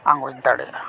ᱟᱸᱜᱚᱪ ᱫᱟᱲᱮᱭᱟᱜᱼᱟ